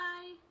Bye